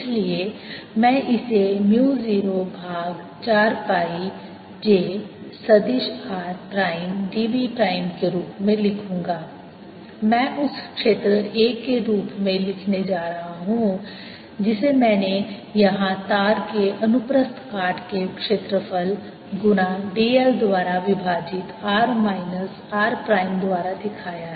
इसलिए मैं इसे म्यू 0 भाग 4 पाई j सदिश r प्राइम dv प्राइम के रूप में लिखूंगा मैं उस क्षेत्र A के रूप में लिखने जा रहा हूं जिसे मैंने यहां तार के अनुप्रस्थ काट के क्षेत्रफल गुना dl द्वारा विभाजित r माइनस r प्राइम द्वारा दिखाया है